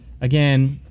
Again